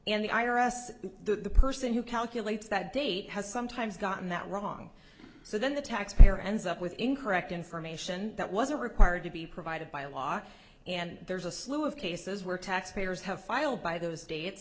s the person who calculates that date has sometimes gotten that wrong so then the taxpayer ends up with incorrect information that wasn't required to be provided by law and there's a slew of cases where taxpayers have filed by those states